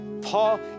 Paul